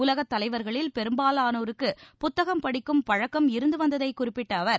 உலகத் தலைவர்களில் பெரும்பாலானோருக்கு புத்தகம் படிக்கும் பழக்கம் இருந்து வந்ததை குறிப்பிட்ட அவர்